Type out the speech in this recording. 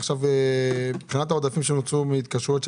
עכשיו מבחינת העודפים שנוצרו מהתקשרויות של